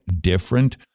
different